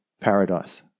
Paradise